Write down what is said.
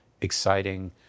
exciting